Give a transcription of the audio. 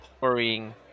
worrying